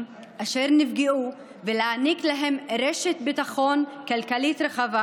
אשר נפגעו ולהעניק להם רשת ביטחון כלכלית רחבה,